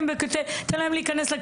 וסטודנטיות כי